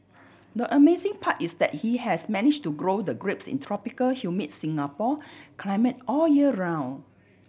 the amazing part is that he has managed to grow the grapes in tropical humid Singapore climate all year round